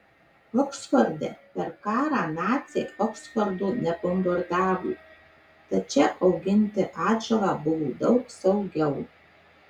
oksforde per karą naciai oksfordo nebombardavo tad čia auginti atžalą buvo daug saugiau